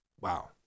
wow